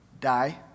die